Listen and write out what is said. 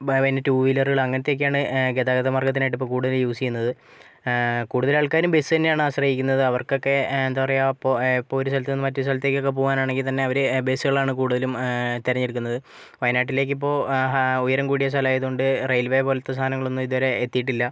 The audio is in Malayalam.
ബാ പിന്നെ ടുവീലറുകൾ അങ്ങനത്തെയൊക്കെയാണ് ഗതാഗത മാർഗത്തിനായിട്ട് ഇപ്പോൾ കൂടുതലും യൂസ് ചെയ്യുന്നത് കൂടുതൽ ആൾക്കാരും ബസ്സന്നെയാണ് ആശ്രയിക്കുന്നത് അവർക്കൊക്കെ എന്താപറയാ അപ്പോൾ ഇപ്പമൊരു സ്ഥലത്തു നിന്ന് മറ്റൊരു സ്ഥലത്തേക്കൊക്കെ പോകാനാണെങ്കിൽത്തന്നെ അവർ ബസ്സുകളാണ് കൂടുതലും തിരഞ്ഞെടുക്കുന്നത് വായനാട്ടിലേക്കിപ്പോൾ ഉയരം കൂടിയ സ്ഥലമായത് കൊണ്ട് റെയിൽവേ പോലത്തെ സാധനങ്ങളൊന്നും ഇതുവരെ എത്തിയിട്ടില്ല